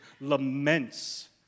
laments